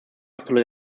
absolut